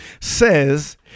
says